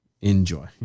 Enjoy